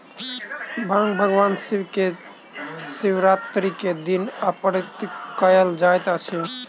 भांग भगवान शिव के शिवरात्रि के दिन अर्पित कयल जाइत अछि